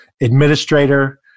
administrator